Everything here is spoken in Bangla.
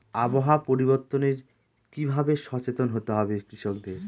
আবহাওয়া পরিবর্তনের কি ভাবে সচেতন হতে হবে কৃষকদের?